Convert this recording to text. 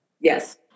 Yes